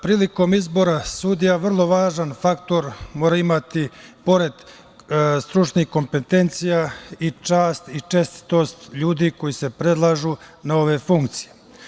Prilikom izbora sudija, vrlo važan faktor mora imati i pored stručnih kompetencija, i čast i čestitost ljudi koji se predlažu na ove funkcije.